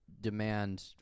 demand